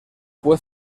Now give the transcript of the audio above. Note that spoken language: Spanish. fue